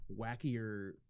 wackier